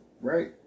right